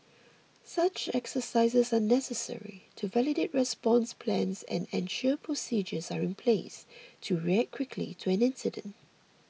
such exercises are necessary to validate response plans and ensure procedures are in place to react quickly to an incident